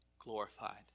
glorified